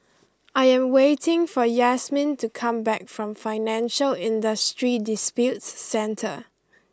I am waiting for Yasmine to come back from Financial Industry Disputes Centre